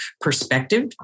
perspective